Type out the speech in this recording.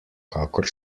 kakor